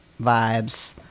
vibes